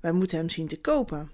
wij moeten hem zien te koopen